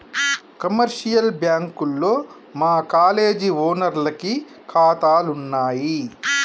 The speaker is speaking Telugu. కమర్షియల్ బ్యాంకుల్లో మా కాలేజీ ఓనర్లకి కాతాలున్నయి